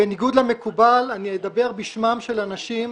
בניגוד למקובל, אני אדבר בשמם של אנשים